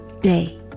day